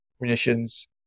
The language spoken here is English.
munitions